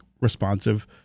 responsive